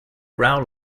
row